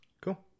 Cool